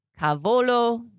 cavolo